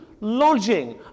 lodging